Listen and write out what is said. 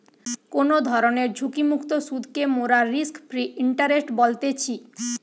কোনো ধরণের ঝুঁকিমুক্ত সুধকে মোরা রিস্ক ফ্রি ইন্টারেস্ট বলতেছি